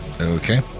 Okay